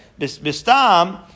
Bistam